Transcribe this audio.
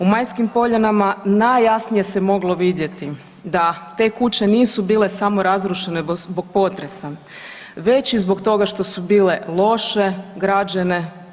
U Majskim poljanama najjasnije se moglo vidjeti da te kuće nisu bile samo razrušene zbog potresa već i zbog toga što su bile loše građene.